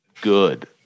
good